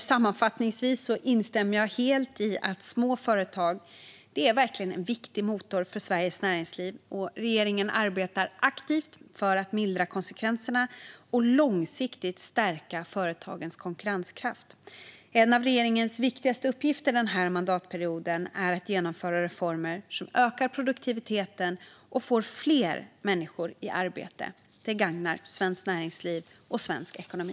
Sammanfattningsvis instämmer jag helt i att små företag är en viktig motor för Sveriges näringsliv, och regeringen arbetar aktivt för att mildra konsekvenser och långsiktigt stärka svenska företags konkurrenskraft. En av regeringens viktigaste uppgifter den här mandatperioden är att genomföra reformer som ökar produktiviteten och får fler människor i arbete. Det gagnar svenskt näringsliv och svensk ekonomi.